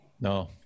no